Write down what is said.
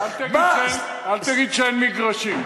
אל תגיד שאין מגרשים.